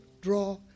Draw